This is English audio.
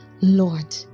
lord